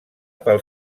pel